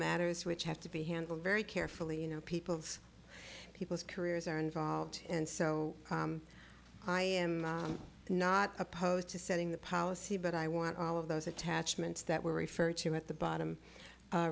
matters which have to be handled very carefully you know people's people's careers are involved and so i am not opposed to setting the policy but i want all of those attachments that were referred to at the bottom